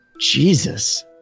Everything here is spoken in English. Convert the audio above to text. Jesus